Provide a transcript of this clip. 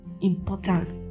importance